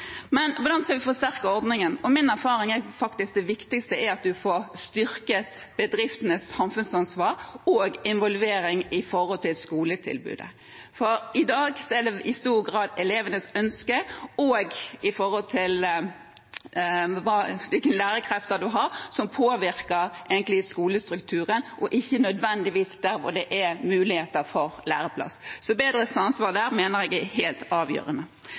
det viktigste faktisk er at man får styrket bedriftenes samfunnsansvar og involvering i skoletilbudet. For i dag er det i stor grad elevenes ønsker og hvilke lærekrefter man har, som egentlig påvirker skolestrukturen, og ikke nødvendigvis der det er muligheter for læreplass. Så bedre ansvar der mener jeg er helt avgjørende.